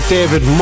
David